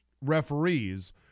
referees